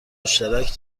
مشترک